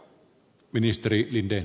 arvoisa puhemies